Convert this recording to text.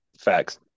Facts